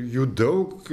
jų daug